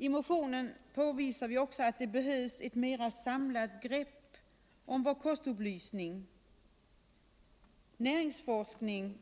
I motionen påvisar vi också att det behövs ett mera samlat grepp om vår kostupplysning, näringsforskning,